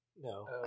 No